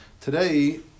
today